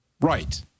Right